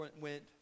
went